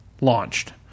launched